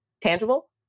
tangible